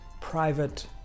private